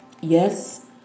Yes